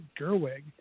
Gerwig